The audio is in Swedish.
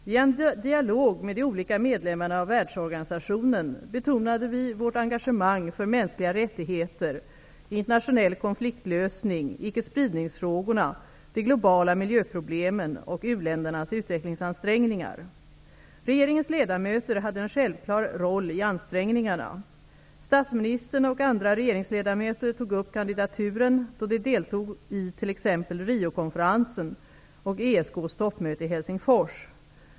I en dialog med de olika medlemmarna av världsorganisationen betonade vi vårt engagemang för mänskliga rättigheter, internationell konfliktlösning, icke-spridningsfrågorna, de globala miljöproblemen och u-ländernas utvecklingsansträngningar. Regeringens ledamöter hade en självklar roll i ansträngningarna. Statsministern och andra regeringsledamöter tog upp kandidaturen då de deltog i t.ex. Rio-konferensen och ESK:s toppmöte i Helsingfors.